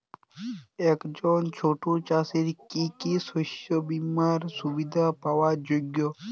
একজন ছোট চাষি কি কি শস্য বিমার সুবিধা পাওয়ার যোগ্য?